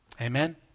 Amen